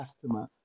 customer